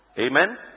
Amen